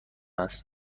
است